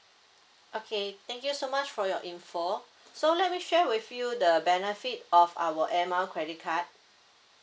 okay thank you so much for your info so let me share with you the benefit of our air mile credit card